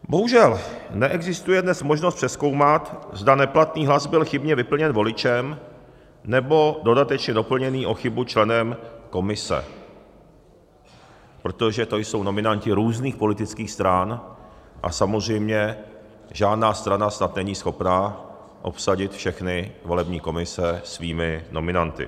Bohužel neexistuje dnes možnost přezkoumat, zda neplatný hlas byl chybně vyplněn voličem, nebo dodatečně doplněn o chybu členem komise, protože to jsou nominanti různých politických stran a samozřejmě žádná strana snad není schopna obsadit všechny volební komise svými nominanty.